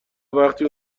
وقتی